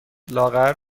لاغر